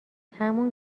همون